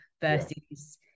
versus